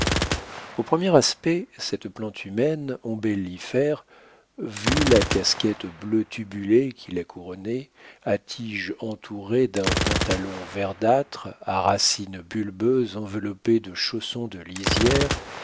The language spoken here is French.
au premier aspect cette plante humaine ombellifère vu la casquette bleue tubulée qui la couronnait à tige entourée d'un pantalon verdâtre à racines bulbeuses enveloppées de chaussons en lisière